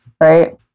right